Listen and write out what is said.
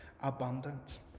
abundant